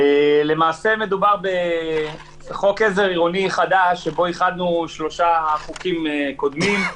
למעשה מדובר בחוק עזר עירוני חדש שבו איחדנו שלושה חוקים קודמים.